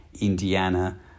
Indiana